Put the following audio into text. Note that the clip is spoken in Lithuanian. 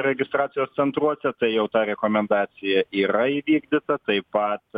registracijos centruose tai jau ta rekomendacija yra įvykdyta taip pat